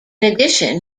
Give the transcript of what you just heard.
addition